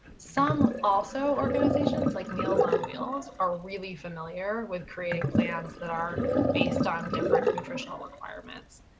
some also organizations, like meals on wheels, are really familiar with creating plans that are based on different nutritional requirements.